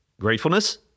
gratefulness